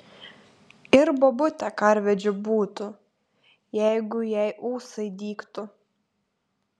ir bobutė karvedžiu būtų jeigu jai ūsai dygtų